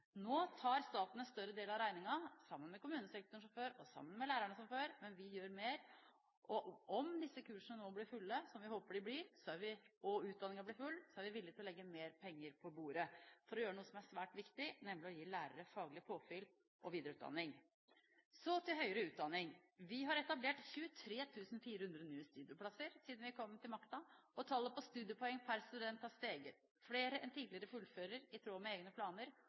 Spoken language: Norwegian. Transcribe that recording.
Nå tar staten en større del av regningen, sammen med kommunesektoren, som før, og sammen med lærerne, som før – men vi gjør mer. Om disse kursene nå blir fulle, som vi håper de blir, og utdanningen blir full, er vi villige til å legge mer penger på bordet for å gjøre noe som er svært viktig, nemlig å gi lærere faglig påfyll og videreutdanning. Så til høyere utdanning. Vi har etablert 23 400 nye studieplasser siden vi kom til makten. Tallet på studiepoeng per student har steget. Flere enn tidligere fullfører i tråd med egne planer.